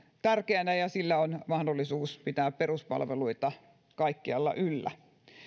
tärkeänä ja sillä on mahdollisuus pitää peruspalveluita kaikkialla yllä